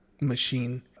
machine